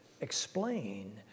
explain